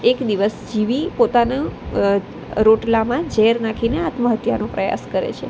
એક દિવસ જીવી પોતાના રોટલામાં ઝેર નાખીને આત્મહત્યાનો પ્રયાસ કરે છે